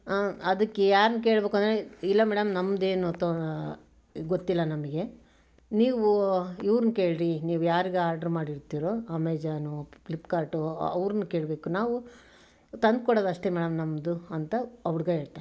ಅದಕ್ಕೆ ಯಾರನ್ನ ಕೇಳಬೇಕು ಅಂದರೆ ಇಲ್ಲ ಮೇಡಮ್ ನಮ್ಮದೇನು ತೊ ಗೊತ್ತಿಲ್ಲ ನಮಗೆ ನೀವು ಇವ್ರನ್ನ ಕೇಳಿರಿ ನೀವು ಯಾರಿಗೆ ಆರ್ಡ್ರ್ ಮಾಡಿರ್ತೀರೋ ಅಮೆಝಾನೋ ಪ್ಲಿಪ್ಕಾರ್ಟೋ ಅವ್ರನ್ನ ಕೇಳಬೇಕು ನಾವು ತಂದು ಕೊಡೋದಷ್ಟೇ ಮೇಡಮ್ ನಮ್ಮದು ಅಂತ ಆ ಹುಡುಗ ಹೇಳ್ತಾನೆ